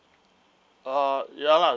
ah ya lah